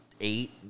eight